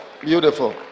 Beautiful